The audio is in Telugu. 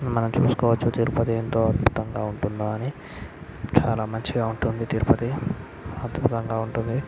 మనం చూసుకోవచ్చు తిరుపతి ఎంతో అద్భుతంగా ఉంటుందో అని చాలా మంచిగా ఉంటుంది తిరుపతి అద్భుతంగా ఉంటుంది